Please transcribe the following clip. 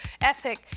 ethic